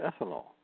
ethanol